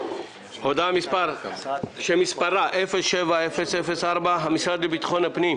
הודעה מס' 07-004, המשרד לביטחון הפנים.